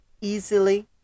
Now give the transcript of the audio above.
easily